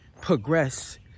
progress